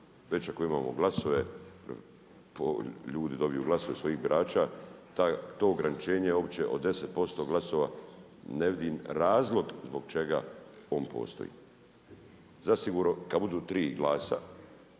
Već ako imamo glasove, ljudi dobiju glasove svojih birača to ograničenje uopće od 10% glasova ne vidim razlog zbog čega on postoji. Zasigurno kad budu tri glasa,